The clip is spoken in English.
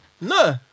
No